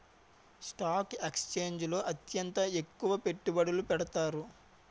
stock ఎక్స్చేంజిల్లో అత్యంత ఎక్కువ పెట్టుబడులు పెడతారు